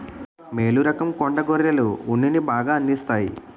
మేలు రకం కొండ గొర్రెలు ఉన్నిని బాగా అందిస్తాయి